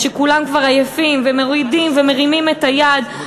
שכולם כבר עייפים ומורידים ומרימים את היד,